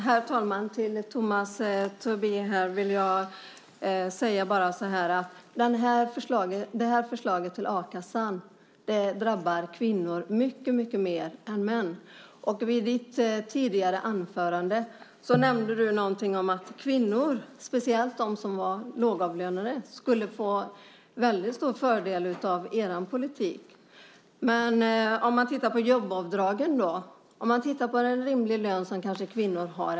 Herr talman! Jag vill till Tomas Tobé säga att förslaget om förändring av a-kassan drabbar kvinnor mycket mer än män. I ditt tidigare anförande nämnde du något om att kvinnor, och speciellt de som var lågavlönade, skulle få väldigt stor fördel av er politik. Man kan titta på jobbavdragen och en rimlig lön som kvinnor har.